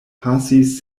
pasis